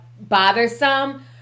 bothersome